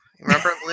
remember